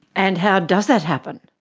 and how does that happen?